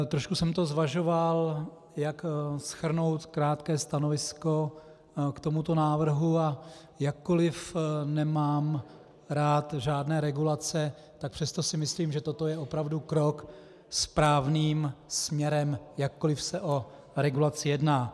Trošku jsem to zvažoval, jak shrnout krátké stanovisko k tomuto návrhu, a jakkoliv nemám rád žádné regulace, tak přesto si myslím, že toto je opravdu krok správným směrem, jakkoliv se o regulaci jedná.